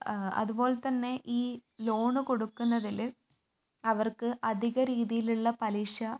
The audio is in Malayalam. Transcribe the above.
അതുപോലെ തന്നെ ഈ ലോൺ കൊടുക്കുന്നതിൽ അവർക്ക് അധിക രീതിയിലുള്ള പലിശ